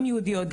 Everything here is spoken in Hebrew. גם יהודיות,